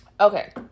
Okay